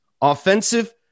offensive